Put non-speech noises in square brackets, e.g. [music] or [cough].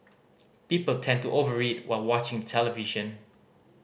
people tend to over [unintelligible] while watching the television